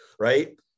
Right